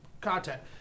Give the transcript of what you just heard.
content